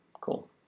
Cool